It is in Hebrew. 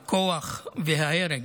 הכוח וההרג.